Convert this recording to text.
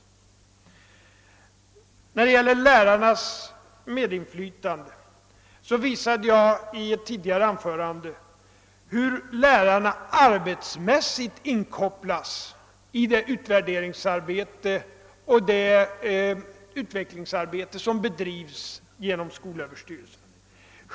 Vad sedan gäller frågan om lärarnas medinflytande visade jag i ett tidigare anförande hur lärarna arbetsmässigt inkopplas i det utvärderingsoch utvecklingsarbete som bedrivs genom skolöverstyrelsen.